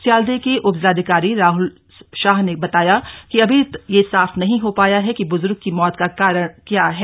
स्याल्दे के उप जिलाधिकारी राहल साह ने बताया कि अभी यह साफ नहीं हो पाया है कि ब्ज्र्ग की मौत का कारण क्या है